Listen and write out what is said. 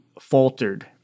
faltered